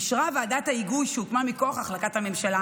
אישרה ועדת ההיגוי שהוקמה מכוח החלטת הממשלה